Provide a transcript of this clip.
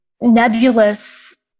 nebulous